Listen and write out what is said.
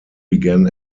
began